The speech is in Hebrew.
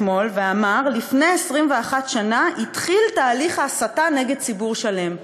אתמול ואמר: לפני 21 שנה התחיל תהליך ההסתה נגד ציבור שלם.